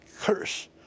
curse